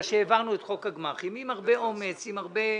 העברנו את חוק הגמ"חים עם הרבה אומץ ועם הרבה רצון.